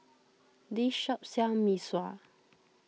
this shop sells Mee Sua